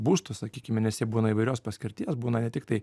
būstus sakykime nes jie būna įvairios paskirties būna ne tiktai